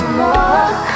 more